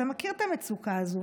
אתה מכיר את המצוקה הזו.